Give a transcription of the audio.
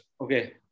Okay